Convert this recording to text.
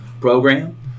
program